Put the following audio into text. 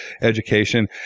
education